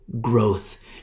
growth